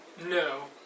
No